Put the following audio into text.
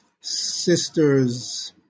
sister's